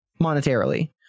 monetarily